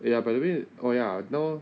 ya by the way oh ya now